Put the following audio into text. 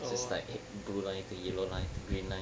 so it's like blue idea to yellow line to green line